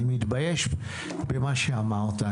אני מתבייש במה שאמרת.